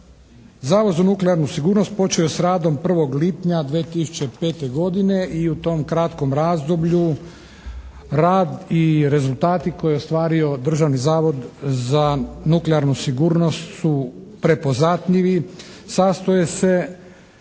Zavod za nuklearnu sigurnost počeo je s radom 1. lipnja 2005. godine i u tom kratkom razdoblju rad i rezultati koje je ostvario Državni zavod za nuklearnu sigurnost su prepoznatljivi.